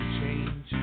change